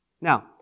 now